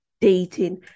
dating